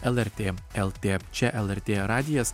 lrt lt čia lrt radijas